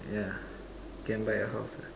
yeah can buy a house lah